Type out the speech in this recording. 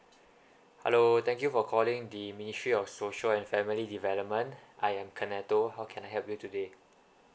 hello thank you for calling the ministry of social and family development I am canado how can I help you today